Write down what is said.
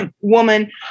woman